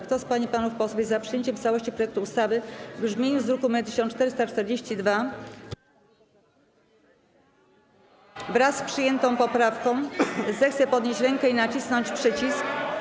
Kto z pań i panów posłów jest za przyjęciem w całości projektu ustawy w brzmieniu z druku nr 1442, wraz z przyjętą poprawką, zechce podnieść rękę i nacisnąć przycisk.